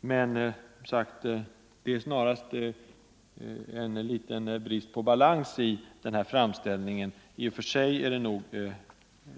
Det är alltså en viss brist på balans i reservanternas framställning.